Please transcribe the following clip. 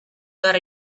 got